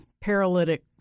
paralytic